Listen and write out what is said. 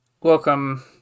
welcome